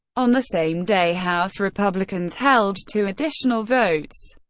on the same day, house republicans held two additional votes,